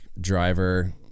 driver